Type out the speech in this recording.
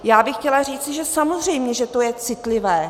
Já bych chtěla říci, že samozřejmě, že to je citlivé.